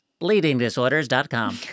bleedingdisorders.com